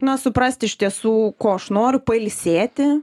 na suprasti iš tiesų ko aš noriu pailsėti